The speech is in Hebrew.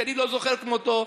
שאני לא זוכר כמותו,